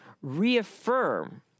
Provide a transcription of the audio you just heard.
reaffirm